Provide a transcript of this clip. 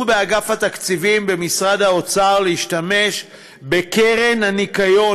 באגף התקציבים במשרד האוצר להשתמש בקרן הניקיון,